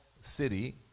city